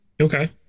Okay